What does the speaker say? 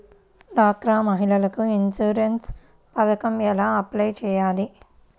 డ్వాక్రా మహిళలకు ఇన్సూరెన్స్ పథకం ఎలా అప్లై చెయ్యాలి?